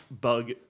bug